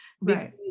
right